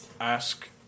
ask